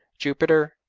jupiter,